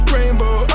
Rainbow